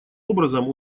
образом